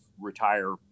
retire